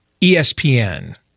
ESPN